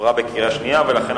עברה בקריאה שנייה.